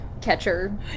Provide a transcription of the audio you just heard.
catcher